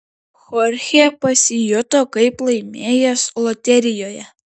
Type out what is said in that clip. chorchė pasijuto kaip laimėjęs loterijoje